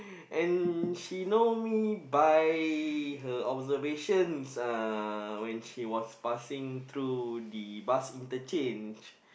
and she know me by her observation uh when she was passing through the bus interchange